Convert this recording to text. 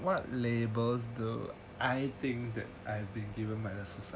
what labels do I think I've been given by the society